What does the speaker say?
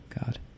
God